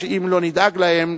שאם לא נדאג להם,